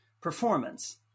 performance